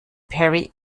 perry